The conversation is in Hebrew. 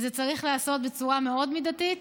שזה צריך להיעשות בצורה מאוד מידתית,